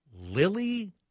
Lily